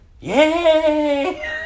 Yay